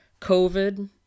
COVID